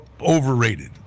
overrated